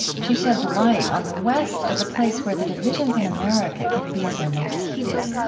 she sheds light on the west as a place where the divisions in america can be at their most heated.